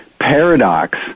paradox